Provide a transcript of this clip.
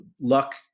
luck